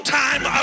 time